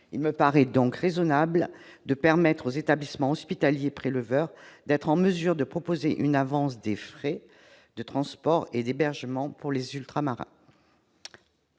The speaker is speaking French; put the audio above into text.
Il me paraît donc raisonnable de permettre aux établissements hospitaliers préleveurs d'être en mesure de proposer une avance des frais de transport et d'hébergement pour les Ultramarins.